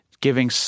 giving